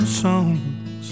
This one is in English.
songs